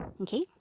okay